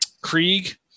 Krieg